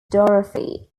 dorothy